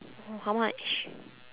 how much